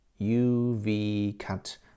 UV-cut